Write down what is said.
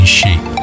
shape